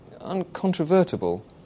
uncontrovertible